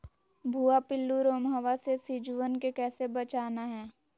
भुवा पिल्लु, रोमहवा से सिजुवन के कैसे बचाना है?